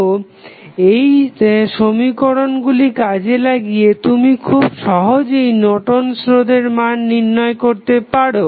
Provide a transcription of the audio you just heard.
তো এই সমীকরণগুলি কাজে লাগিয়ে তুমি খুব সহজেই নর্টন'স রোধের Nortons resistance মান নির্ণয় করতে পারো